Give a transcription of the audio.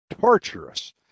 torturous